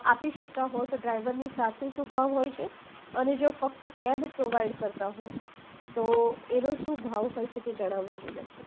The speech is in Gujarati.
આપી શકતા હોવ તો ડ્રાઈવરની સાથે શું ભાવ હોય છે અને જો ફક્ત કેબ પ્રોવાઈડ કરતા હોવ તો એનો શું ભાવ હોય છે એ જણાવવા વિનંતી